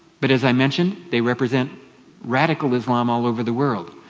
but as i mentioned they represent radical islam all over the world.